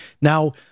Now